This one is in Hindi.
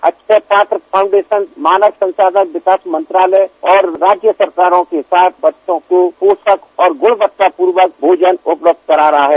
अक्षय पात्र फाउंडेशन मानव संसाधन विकास मंत्रालय और राज्य सरकारों के साथ बच्चों को पोषक और गुणवत्तापूर्ण भोजन उपलब्ध करा रहा है